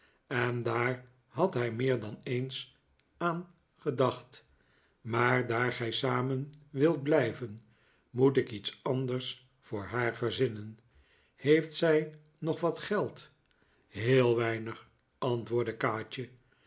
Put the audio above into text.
en daar had hij meer dan eens aan gedacht maar daar gij samen wilt blijven moet ik iets anders voor haar verzinnen heeft zij nog wat geld heel weinig antwoordde kaatje